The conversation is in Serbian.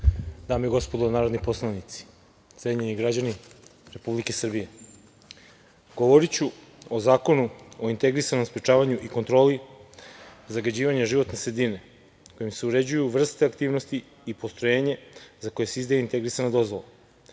dame i gospodo narodni poslanici, cenjeni građani Republike Srbije, govoriću o Zakonu o integrisanom sprečavanju i kontroli zagađivanja životne sredine kojim se uređuju vrste aktivnosti i postrojenje za koje se izdaje integrisana